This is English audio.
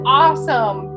awesome